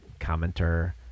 Commenter